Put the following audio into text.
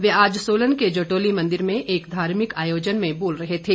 वे आज सोलन के जटोली मंदिर में एक धार्मिक आयोजन में बोल रहे थे